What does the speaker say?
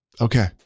okay